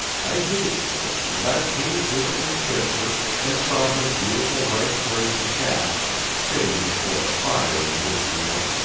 i hated her, and i came to her and kissed her, and saw her beautiful white persian cat sitting before the fire in this room,